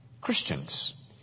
Christians